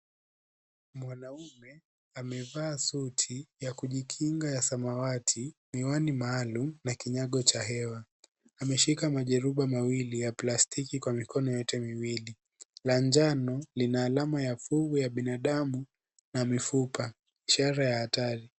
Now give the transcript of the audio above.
Mwanaume amevaa suti ya kujikinga ya samawati, miwani maalum na kinyago cha hewa. Ameshika majeruba mawili ya plastiki kwa mikono yote miwili la njano lina alama ya binadamu na mifupa ishara ya hatari.